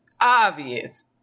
obvious